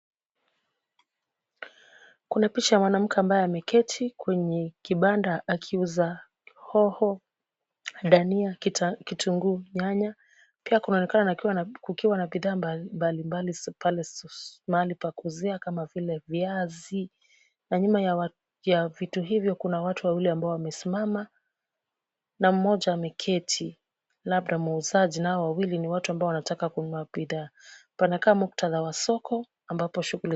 Kuna picha ya mwanamke ambaye ameketi kwenye kibanda akiuza hoho, dania, kitunguu, nyanya, pia kunaonekana kukiwa na bidhaa mbalimbali pale mahali pa kuuzia kama vile viazi na nyuma ya vitu hivyo kuna watu wawili ambao wamesimama na mmoja ameketi. Labda muuzaji na hao wawili ni watu ambao wanataka kununua bidhaa. Panakaa mukthadha wa soko ambapo shughuli...